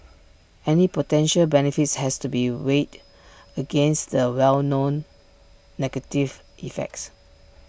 any potential benefits has to be weighed against the known negative effects